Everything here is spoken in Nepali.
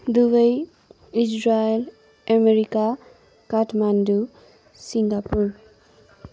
Dubai Israel America Kathmandu Singapore